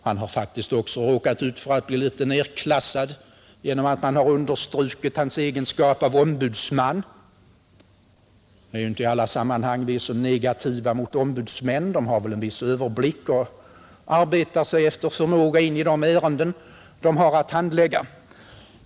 Han har faktiskt råkat ut för att bli litet nerklassad genom att man har understrukit hans egenskap av ombudsman. Det är inte i alla sammanhang vi är så negativa mot ombudsmän — de har en viss överblick och arbetar sig väl efter förmåga in i de ärenden de har att handlägga.